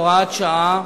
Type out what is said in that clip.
אלא בדרך ההתנהלות שלה.